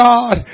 God